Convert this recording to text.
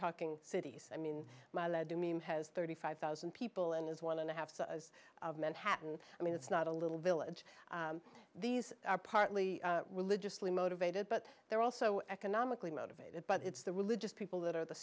talking cities i mean my lead to me has thirty five thousand people and it's one and a half of manhattan i mean it's not a little village these are partly religiously motivated but they're also economically motivated but it's the religious people that are the